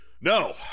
No